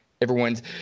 everyone's